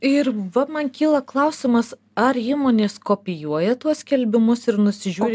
ir va man kyla klausimas ar įmonės kopijuoja tuos skelbimus ir nusižiūri